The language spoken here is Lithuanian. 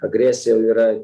agresija jau yra